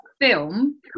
film